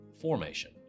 formation